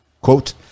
Quote